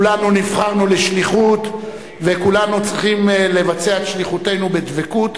כולנו נבחרנו לשליחות וכולנו צריכים לבצע את שליחותנו בדבקות,